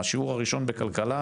השיעור הראשון בכלכלה,